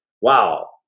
Wow